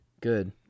Good